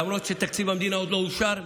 למרות שתקציב המדינה עוד לא אושר.